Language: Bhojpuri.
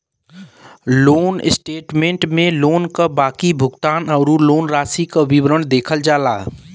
लोन स्टेटमेंट में लोन क बाकी भुगतान आउर लोन राशि क विवरण देखल जाला